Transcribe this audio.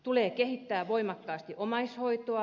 tulee kehittää voimakkaasti omaishoitoa